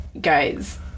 guys